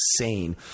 insane